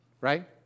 Right